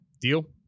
deal